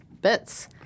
bits